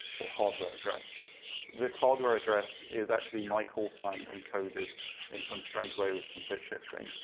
or, hardware address this hardware address is actually my callsign, encoded in some strange way with some bit shifting,